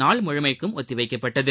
நாள் முழுமைக்கும் ஒத்திவைக்கப்பட்டது